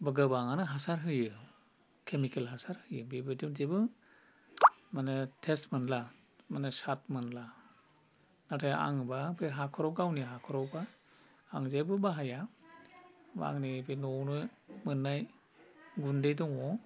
बा गोबाङानो हासार होयो केमिकेल हासार होयो बेबादियाव जेबो माने टेस्ट मोनला माने सात मोनला नाथाय आङोबा बे हाख'राव गावनि हाख'रावबा आं जेबो बाहाया बा आंनि बे न'आवनो मोन्नाय गुन्दै दङ